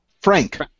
Frank